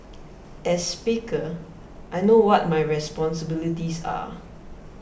as speaker I know what my responsibilities are